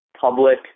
public